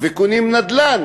וקונים נדל"ן,